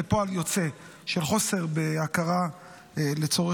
זה פועל יוצא של חוסר בהכרה לצורך